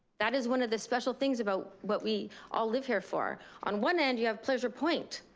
that is one of the special things about what we all live here for. on one end you have pleasure point,